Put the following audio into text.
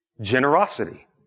Generosity